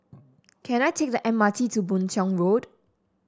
can I take the M R T to Boon Tiong Road